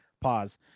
Pause